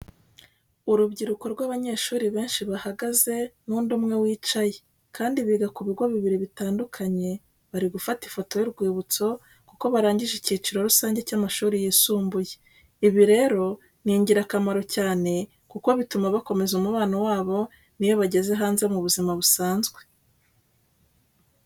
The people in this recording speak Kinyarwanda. Urubyiruko rw'abanyeshuri benshi bahagaze n'undi umwe wicaye, kandi biga ku bigo bibiri bitandukanye bari gufata ifoto y'urwibutso kuko barangije icyiciro rusange cy'amashuri yisumbuye. Ibi rero ni ingirakamaro cyane kuko bituma bakomeza umubano wabo n'iyo bageze hanze mu buzima busanzwe.